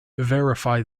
verify